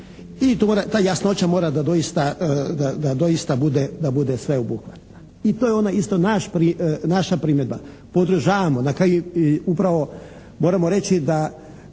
I ta jasnoća mora da doista bude sveobuhvatna. I to je ona naša primjedba. Podržavamo, na kraju upravo moramo reći da